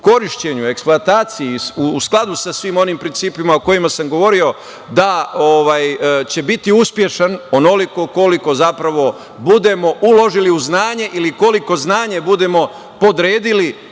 korišćenju, eksploataciji u skladu sa svim onim principa o kojima sam govorio, da će biti uspešno onoliko koliko zapravo budemo uložili u znanje ili koliko znanje budemo podredili